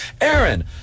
Aaron